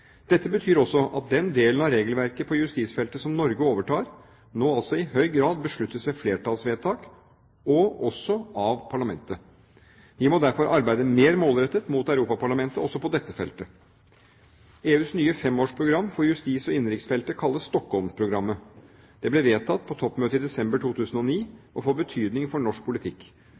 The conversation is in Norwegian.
Dette betyr også at den delen av regelverket på justisfeltet som Norge overtar, nå altså i høy grad besluttes ved flertallsvedtak, og også av parlamentet. Vi må derfor arbeide mer målrettet mot Europaparlamentet også på dette feltet. EUs nye femårsprogram for justis- og innenriksfeltet kalles Stockholm-programmet. Det ble vedtatt på toppmøtet i desember i 2009 og får betydning for norsk politikk.